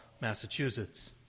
Massachusetts